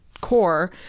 core